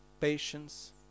patience